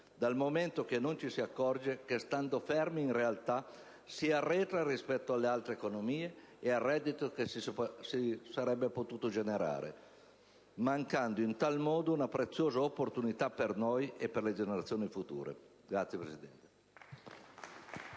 dal momento che non ci si accorge che stando fermi, in realtà, si arretra rispetto alle altre economie e al reddito che si sarebbe potuto generare, mancando in tal modo una preziosa opportunità per noi e per le generazioni future. *(Applausi